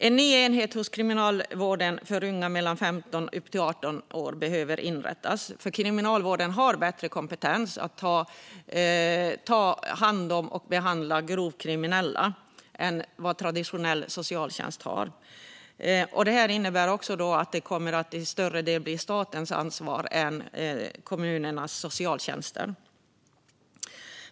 En ny enhet hos Kriminalvården behöver inrättas för unga mellan 15 och 18 år, för Kriminalvården har bättre kompetens att ta hand om och behandla grovt kriminella än vad traditionell socialtjänst har. Det här innebär också att det i större utsträckning blir statens ansvar i stället för kommunernas och socialtjänstens ansvar.